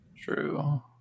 True